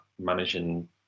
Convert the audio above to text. managing